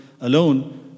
alone